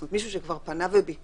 זאת אומרת, מישהו שכבר פנה וביקש.